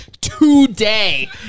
today